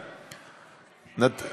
אני התבוננתי